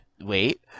Wait